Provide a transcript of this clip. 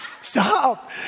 Stop